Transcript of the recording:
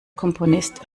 komponist